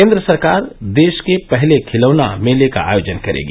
केन्द्र सरकार देश के पहले खिलौना मेले का आयोजन करेगी